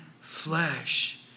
flesh